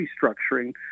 restructuring